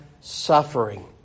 suffering